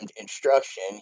instruction